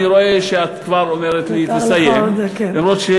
אני רואה שאת כבר אומרת לי "תסיים" נותר לך עוד,